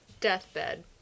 Deathbed